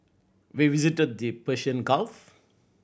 we visited the Persian Gulf